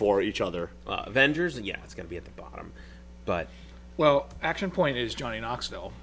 for each other vendors and yeah it's going to be at the bottom but well action point is johnny knoxville